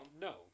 No